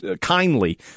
kindly